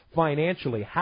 financially